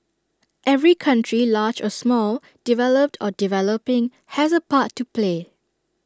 every country large or small developed or developing has A part to play